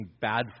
bad